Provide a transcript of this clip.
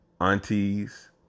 aunties